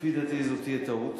לפי דעתי זו תהיה טעות.